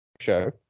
show